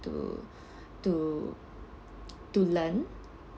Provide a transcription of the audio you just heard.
to to to learn